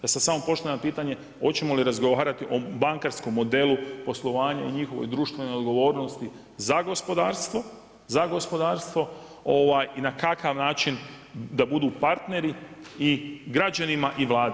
Ja sad samo postavljam pitanje hoćemo li razgovarati o bankarskom modelu poslovanja i njihovoj društvenoj odgovornosti za gospodarstvo i na kakav način da budu partneri i građanima i Vladi.